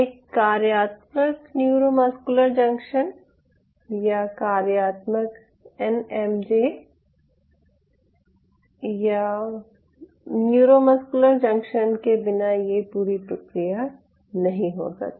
एक कार्यात्मक neuromuscular junction या कार्यात्मक एनएमजे या न्यूरोमस्कुलर जंक्शन के बिना यह पूरी प्रक्रिया नहीं हो सकती